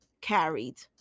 carried